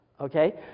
okay